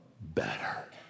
better